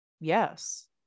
Yes